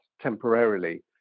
temporarily